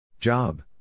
Job